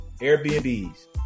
Airbnb's